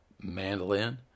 mandolin